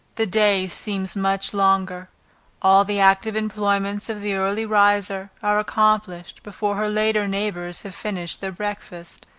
the day seems much longer all the active employments of the early riser are accomplished before her later neighbors have finished their breakfast.